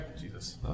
Jesus